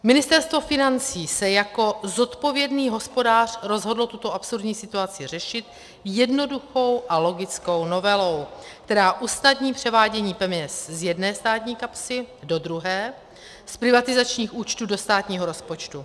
Ministerstvo financí se jako zodpovědný hospodář rozhodlo tuto absurdní situaci řešit jednoduchou a logickou novelou, která usnadní převádění peněz z jedné státní kapsy do druhé, z privatizačních účtů do státního rozpočtu.